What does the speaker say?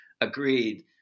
agreed